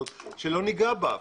שלא ניגע בה.